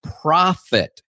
profit